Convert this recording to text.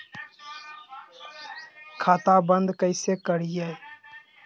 खाता बंद कैसे करिए?